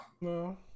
No